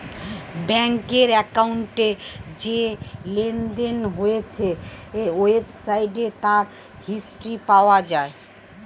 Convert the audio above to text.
ব্যাংকের অ্যাকাউন্টে যে লেনদেন হয়েছে ওয়েবসাইটে তার হিস্ট্রি পাওয়া যায়